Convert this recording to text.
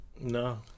No